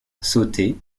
sauter